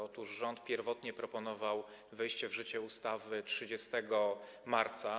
Otóż rząd pierwotnie proponował wejście w życie ustawy 30 marca.